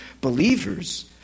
believers